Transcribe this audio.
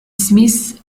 smith